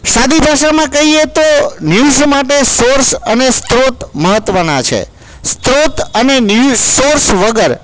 સાદી ભાષામાં કહીએ તો ન્યુઝ માટે સોર્સ અને સ્ત્રોત મહત્વના છે સ્ત્રોત અને ન્યૂઝ સોર્સ વગર